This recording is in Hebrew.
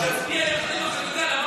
תצביע איך שנוח לך.